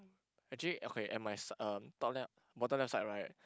actually okay at my s~ um top left bottom left side right